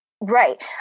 right